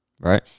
Right